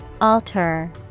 Alter